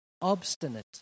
obstinate